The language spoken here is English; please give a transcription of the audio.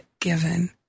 given